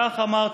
כך אמרתי.